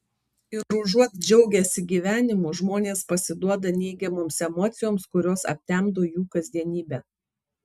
ir užuot džiaugęsi gyvenimu žmonės pasiduoda neigiamoms emocijoms kurios aptemdo jų kasdienybę